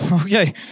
Okay